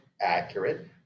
accurate